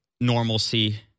normalcy